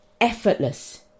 effortless